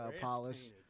polish